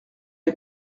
est